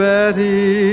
Betty